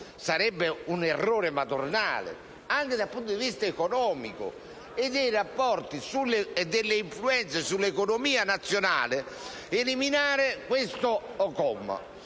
sarebbe un errore madornale, anche dal punto di vista economico, nei rapporti e nelle influenze sull'economia nazionale, eliminare il comma